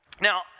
Now